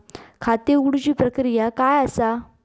खाता उघडुची प्रक्रिया काय असा?